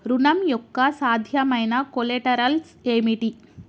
ఋణం యొక్క సాధ్యమైన కొలేటరల్స్ ఏమిటి?